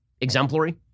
exemplary